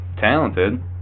talented